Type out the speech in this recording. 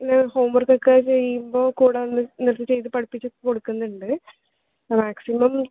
homework ഒക്കെ ചെയ്യുമ്പോൾ കൂടെ നിർത്തി നിർത്തിയൊക്കെ പഠിപ്പിച്ചൊക്കെ കൊടുക്കുന്നുണ്ട് മാക്സിമം